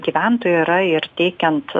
gyventojai yra ir teikiant